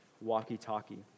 walkie-talkie